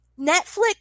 Netflix